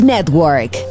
Network